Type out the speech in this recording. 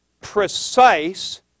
precise